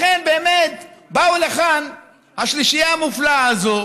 לכן באמת באו לכאן השלישייה המופלאה הזו